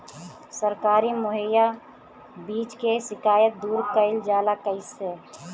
सरकारी मुहैया बीज के शिकायत दूर कईल जाला कईसे?